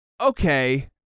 okay